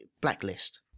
blacklist